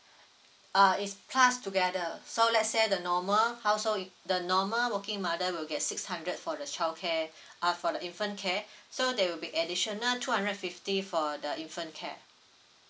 uh it's plus together so let's say the normal household i~ the normal working mother will get six hundred for the child care uh for the infant care so there will be additional two hundred and fifty for the infant care